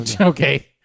Okay